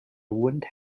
wouldn’t